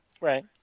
Right